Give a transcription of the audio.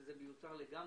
שזה מיותר לגמרי,